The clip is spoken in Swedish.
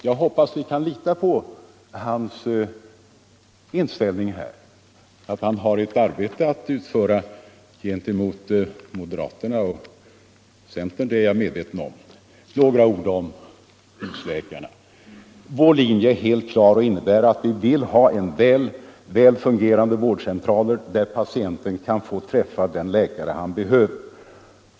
Jag hoppas att vi kan lita på hans inställning här. Att han har ett arbete att utföra gentemot moderaterna och centern är jag medveten om. Några ord om husläkarna. Vår linje är helt klar och innebär att vi vill ha väl fungerande vårdcentraler, där patienten kan få träffa den läkare Torsdågen den Allmänpolitisk debatt Allmänpolitisk debatt han behöver.